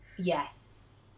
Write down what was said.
Yes